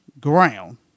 ground